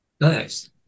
Nice